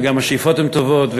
וגם השאיפות הן טובות.